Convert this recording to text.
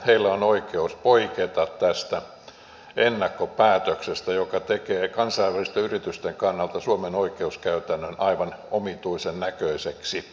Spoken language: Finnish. heillä on oikeus poiketa tästä ennakkopäätöksestä joka tekee kansainvälisten yritysten kannalta suomen oikeuskäytännön aivan omituisen näköiseksi